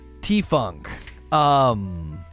T-Funk